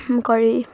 কৰি